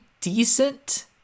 decent